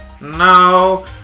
No